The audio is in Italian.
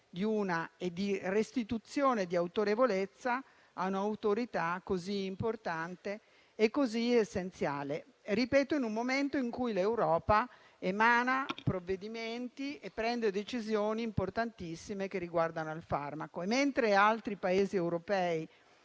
e di restituzione di autorevolezza ad un'autorità così importante ed essenziale in un momento in cui l'Europa emana provvedimenti e prende decisioni importantissime che riguardano il farmaco. Mentre altri Paesi europei